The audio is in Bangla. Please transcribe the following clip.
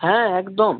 হ্যাঁ একদম